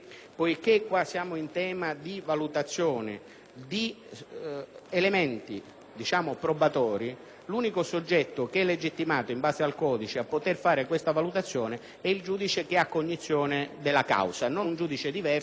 di elementi probatori, l'unico soggetto legittimato in base al codice a poter fare tale valutazione è il giudice che ha cognizione della causa, non un giudice diverso ed estraneo. Diciamo che è stata utilizzata